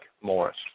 Morris